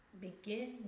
begin